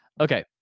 Okay